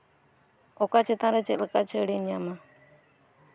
ᱚᱠᱟ ᱪᱮᱛᱟᱱᱨᱮ ᱪᱮᱫ ᱞᱮᱠᱟ ᱪᱷᱟᱹᱲ ᱤᱧ ᱧᱟᱢᱟ